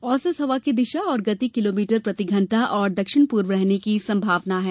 औसत हवा की दिशा और गति किलोमीटर प्रति घंटा एवं दक्षिण पूर्व रहने की संभावना है